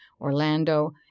Orlando